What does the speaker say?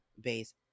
base